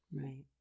Right